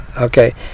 Okay